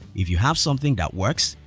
if you have something that works,